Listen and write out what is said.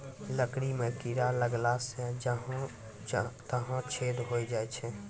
लकड़ी म कीड़ा लगला सें जहां तहां छेद होय जाय छै